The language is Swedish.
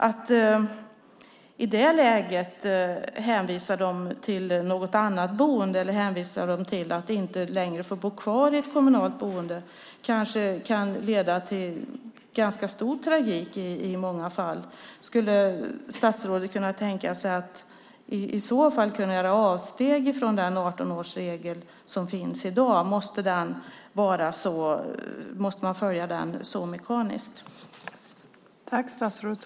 Att i det läget hänvisa dem till något annat boende eller till att inte längre få bo kvar i ett kommunalt boende kanske kan leda till ganska stor tragik i många fall. Skulle statsrådet kunna tänka sig att i så fall göra avsteg från den 18-årsregel som finns i dag? Måste man följa den så mekaniskt?